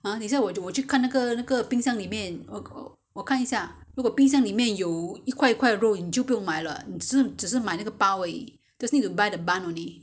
等下我去我去看那个那个冰箱里面 我看一下如果冰箱里面有一块块的肉你就不用买了你只是买那个个包而已 just need to buy the bun only